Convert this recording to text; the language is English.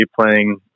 playing